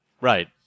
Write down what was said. Right